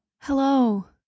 Hello